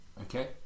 Okay